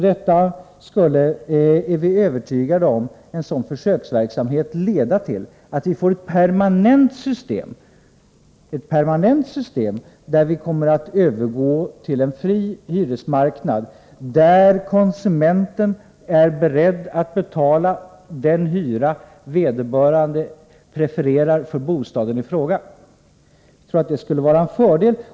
Vi är övertygade om att en sådan försöksverksamhet skulle leda till att man får till stånd ett permanent system med en fri hyresmarknad, innebärande att konsumenten får betala den hyra vederbö rande prefererar för bostaden i fråga. Vi tror att detta skulle vara en fördel.